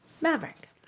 Maverick